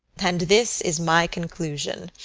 and this is my conclusion.